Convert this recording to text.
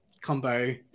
combo